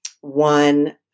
one